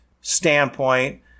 standpoint